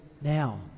now